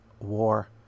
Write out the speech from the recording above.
war